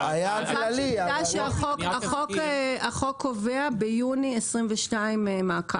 החוק קובע ביוני 2022 מעקב.